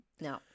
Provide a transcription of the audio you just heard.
No